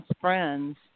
friends